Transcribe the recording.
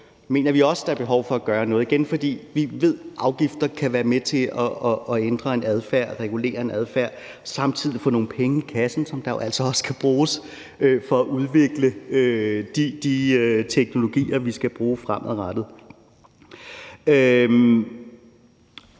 mener vi også at der er behov for at gøre noget. Og igen: Vi ved, at afgifter kan være med til at ændre og regulere en adfærd og samtidig få nogle penge i kassen, som jo altså også skal være der for at udvikle de teknologier, vi skal bruge fremadrettet.